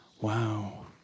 Wow